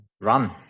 run